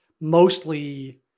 mostly